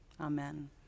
Amen